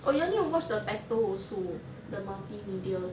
oh you all need to watch the battle also the multi media